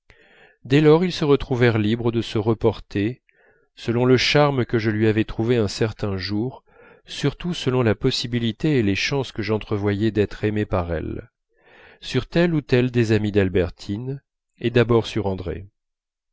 dès lors ils se retrouvèrent libres de se reporter selon le charme que je lui avais trouvé un certain jour surtout selon la possibilité et les chances que j'entrevoyais d'être aimé par elle sur telle ou telle des amies d'albertine et d'abord sur andrée